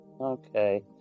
Okay